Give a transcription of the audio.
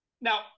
Now